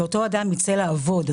המטרה היא שאותו אדם ייצא לעבוד.